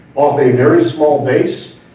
off a very small base,